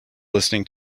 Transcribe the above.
listening